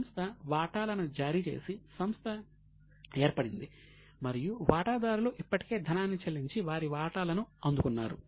సంస్థ వాటాలను జారీ చేసి సంస్థ ఏర్పడింది మరియు వాటాదారులు ఇప్పటికే ధనాన్ని చెల్లించి వారి వాటాలను అందుకున్నారు